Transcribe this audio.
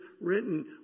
written